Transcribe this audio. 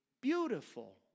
Beautiful